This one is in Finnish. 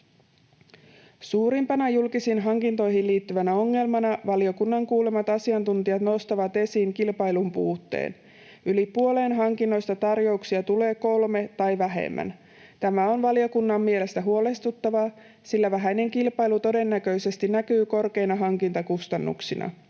Suurimpana julkisiin hankintoihin liittyvänä ongelmana valiokunnan kuulemat asiantuntijat nostavat esiin kilpailun puutteen. Yli puoleen hankinnoista tarjouksia tulee kolme tai vähemmän. Tämä on valiokunnan mielestä huolestuttavaa, sillä vähäinen kilpailu todennäköisesti näkyy korkeina hankintakustannuksina.